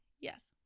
Yes